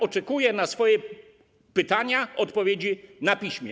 Oczekuję na swoje pytania odpowiedzi na piśmie.